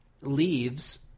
Leaves